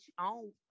own